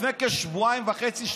לפני כשבועיים וחצי,